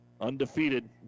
Undefeated